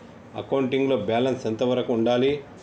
Accounting లో balance ఎంత వరకు ఉండాలి?